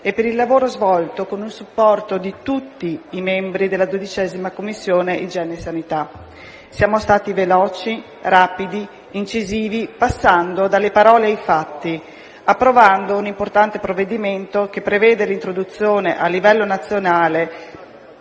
e per il lavoro svolto con il supporto di tutti i membri della 12ª Commissione igiene e sanità. Siamo stati veloci, rapidi e incisivi, passando dalle parole ai fatti e approvando un importante provvedimento, che prevede l'introduzione a livello nazionale